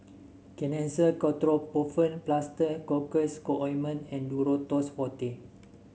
Kenhancer Ketoprofen Plaster Cocois Co Ointment and Duro Tuss Forte